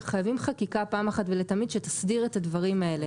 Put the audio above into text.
חייבים חקיקה פעם אחת ולתמיד שתסדיר את הדברים האלה